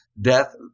death